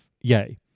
yay